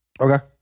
Okay